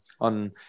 on